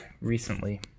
recently